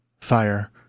fire